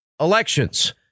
elections